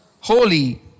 holy